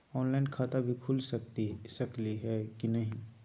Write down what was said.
Online खाता भी खुल सकली है कि नही?